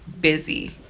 busy